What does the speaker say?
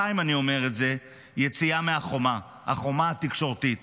"יציאה מהחומה", החומה התקשורתית.